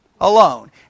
alone